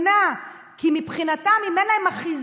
באמונה, כי מבחינתם, אם אין להם אחיזה,